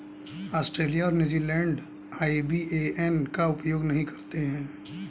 Australia और New Zealand IBAN का उपयोग नहीं करते हैं